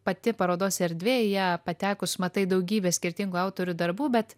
pati parodos erdvė į ją patekus matai daugybę skirtingų autorių darbų bet